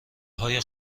های